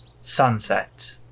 sunset